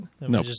No